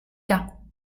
cas